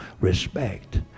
respect